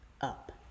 up